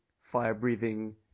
fire-breathing